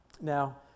Now